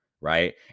right